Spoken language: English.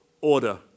order